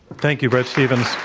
thank you, bret stephens.